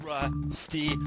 Rusty